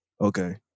okay